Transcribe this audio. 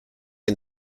and